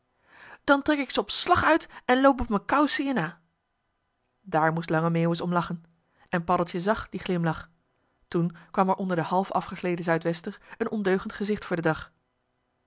dan trek ik ze op slag uit en loop op m'n kousen je na daar moest lange meeuwis om lachen en paddeltje zàg dien glimlach toen kwam er onder den half afgegleden zuidwester een ondeugend gezicht voor den dag